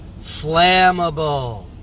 Flammable